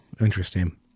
Interesting